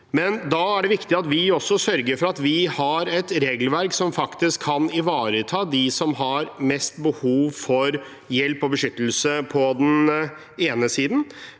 land. Da er det viktig at vi sørger for at vi har et regelverk som faktisk kan ivareta dem som har mest behov for hjelp og beskyttelse, men samtidig